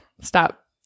Stop